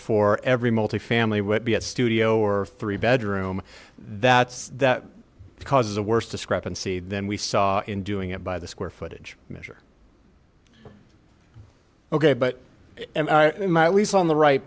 for every multifamily would be at studio or three bedroom that's that causes the worst discrepancy than we saw in doing it by the square footage measure ok but at least on the right